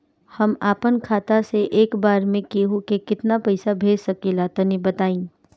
हम आपन खाता से एक बेर मे केंहू के केतना पईसा भेज सकिला तनि बताईं?